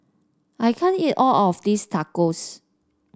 I can't eat all of this Tacos